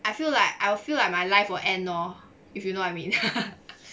I feel like I feel like my life will end lor if you know what I mean